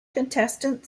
contestant